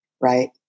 right